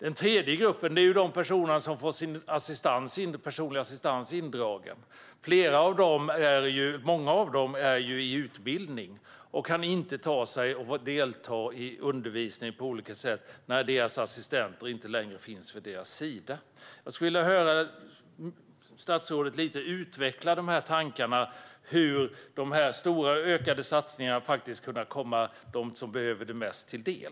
En tredje grupp är de personer som får sin personliga assistans indragen. Många av dem är i utbildning och kan inte delta i undervisningen på olika sätt när deras assistenter inte längre finns vid deras sida. Jag skulle vilja höra statsrådet utveckla tankarna lite när det gäller hur de här stora, ökade satsningarna faktiskt kan komma dem som behöver det mest till del.